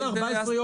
אז 14 ימים